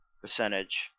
percentage